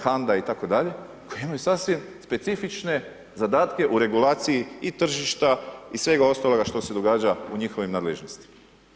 HANDA itd. imaju sasvim specifične zadatke u regulaciji i tržišta i svega ostaloga što se događa u njihovim nadležnostima.